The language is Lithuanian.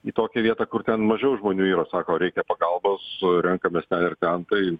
į tokią vietą kur ten mažiau žmonių yra sako reikia pagalbos renkamės ten ir ten tai